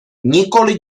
nikoli